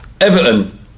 Everton